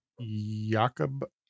Jakob